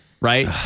right